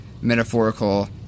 metaphorical